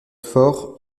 faure